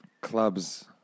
clubs